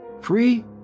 free